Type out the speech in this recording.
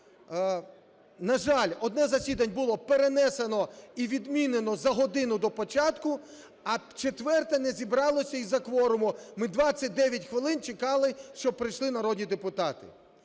на жаль, одне з засідань було перенесено і відмінено за годину до початку. А четверте не зібралося із-за кворуму, ми 29 хвилин чекали, щоб прийшли народні депутати.